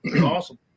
Awesome